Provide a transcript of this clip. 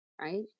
right